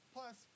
Plus